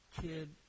Kid